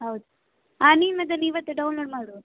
ಹೌದು ನೀನು ಅದನ್ನು ಇವತ್ತೇ ಡೌನ್ಲೋಡ್ ಮಾಡು